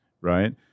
right